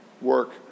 work